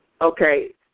okay